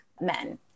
men